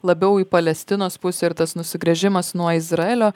labiau į palestinos pusę ir tas nusigręžimas nuo izraelio